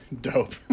Dope